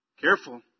Careful